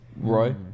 Right